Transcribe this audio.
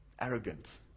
arrogant